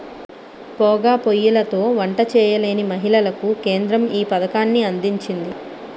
పోగా పోయ్యిలతో వంట చేయలేని మహిళలకు కేంద్రం ఈ పథకాన్ని అందించింది